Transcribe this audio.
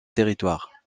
territoire